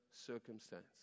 circumstance